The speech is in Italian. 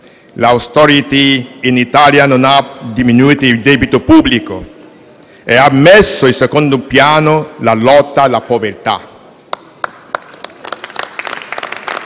l'*austerity* in Italia non ha diminuito il debito pubblico e ha messo in secondo piano la lotta alla povertà